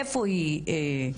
איפה היא?